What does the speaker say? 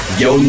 yo